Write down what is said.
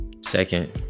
second